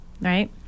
Right